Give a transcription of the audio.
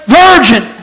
virgin